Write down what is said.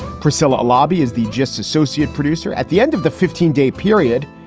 priscilla lobby is the just associate producer at the end of the fifteen day period.